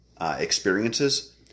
experiences